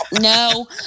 No